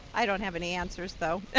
i don't have any answers though. ah